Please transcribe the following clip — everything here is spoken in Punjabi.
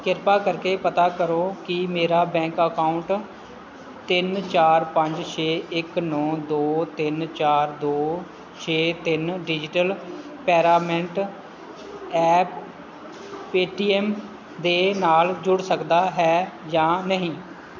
ਕਿਰਪਾ ਕਰਕੇ ਪਤਾ ਕਰੋ ਕਿ ਮੇਰਾ ਬੈਂਕ ਅਕਾਊਂਟ ਤਿੰਨ ਚਾਰ ਪੰਜ ਛੇ ਇੱਕ ਨੌਂ ਦੋ ਤਿੰਨ ਚਾਰ ਦੋ ਛੇ ਤਿੰਨ ਡਿਜਿਟਲ ਪੈਰਾਮੈਂਟ ਐਪ ਪੇਟੀਐੱਮ ਦੇ ਨਾਲ ਜੁੜ ਸਕਦਾ ਹੈ ਜਾਂ ਨਹੀਂ